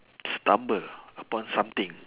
stumble upon something